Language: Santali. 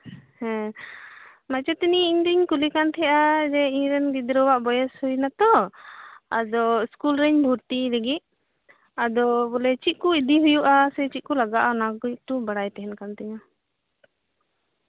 ᱢᱟᱪᱮᱛᱟᱱᱤ ᱤᱧᱫᱩᱧ ᱠᱩᱞᱤ ᱠᱟᱱ ᱛᱟᱦᱮᱸᱱᱟ ᱡᱮ ᱤᱧ ᱨᱮᱱ ᱜᱤᱫᱽᱨᱟᱹᱣᱟᱜ ᱵᱚᱭᱮᱥ ᱦᱩᱭ ᱮᱱᱟᱛᱚ ᱟᱫᱚ ᱤᱥᱠᱩᱞ ᱨᱤᱧ ᱵᱷᱩᱨᱛᱤᱭᱮ ᱞᱟᱹᱜᱤᱫ ᱟᱫᱚ ᱵᱚᱞᱮ ᱪᱮᱫ ᱠᱚ ᱤᱫᱤᱭ ᱦᱩᱭᱩᱜᱼᱟ ᱥᱮ ᱪᱮᱫ ᱠᱚ ᱞᱟᱜᱟᱜᱼᱟ ᱚᱱᱟ ᱠᱩᱡ ᱵᱟᱲᱟᱭ ᱛᱟᱦᱮᱸᱱ ᱠᱟᱱ ᱛᱤᱧᱟ ᱹ